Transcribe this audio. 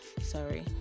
Sorry